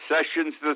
Sessions